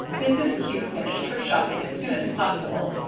mrs. kew finished her shopping as soon as possible,